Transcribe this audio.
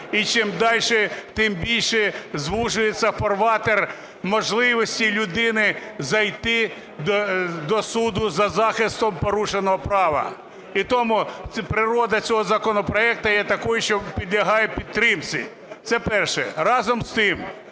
і чим дальше, тим більше звужується фарватер можливостей людини зайти до суду за захистом порушеного права. І тому природа цього законопроекту є такою, що підлягає підтримці – це перше. Разом з тим,